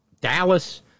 Dallas